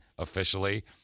Officially